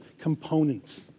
components